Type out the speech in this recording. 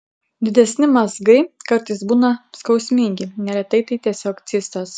didesni mazgai kartais būna skausmingi neretai tai tiesiog cistos